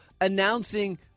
announcing